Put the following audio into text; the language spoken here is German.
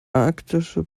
arktische